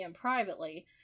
privately